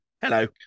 Hello